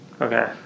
Okay